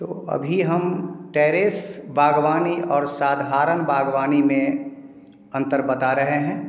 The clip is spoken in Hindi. तो अभी हम टैरेस बागवानी और साधारण बागवानी में अंतर बता रहे हैं